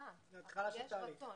מעט אבל יש רצון.